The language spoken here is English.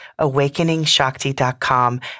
AwakeningShakti.com